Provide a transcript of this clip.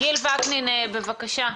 גיל וקנין, בבקשה.